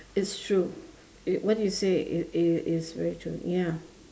it's true you what you say is is is very true ya